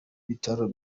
bitaro